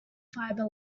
fiber